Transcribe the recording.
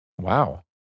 Wow